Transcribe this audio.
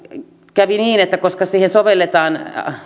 kävi niin koska sovelletaan